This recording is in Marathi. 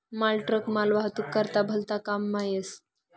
मालट्रक मालवाहतूक करता भलता काममा येस